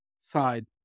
side